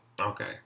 Okay